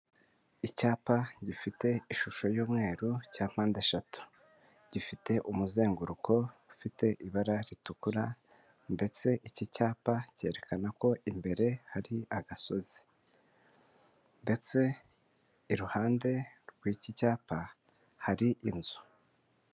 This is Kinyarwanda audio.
Icyapa gifite ishusho y'umweru cya mpande eshatu, gifite umuzenguruko ufite ibara ritukura ndetse iki cyapa cyerekana ko imbere hari agasozi ndetse iruhande rw'iki cyapa hari inzu.